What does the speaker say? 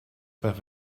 perds